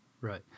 Right